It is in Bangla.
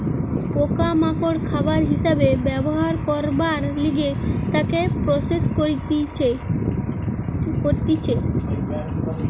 পোকা মাকড় খাবার হিসাবে ব্যবহার করবার লিগে তাকে প্রসেস করতিছে